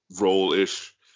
role-ish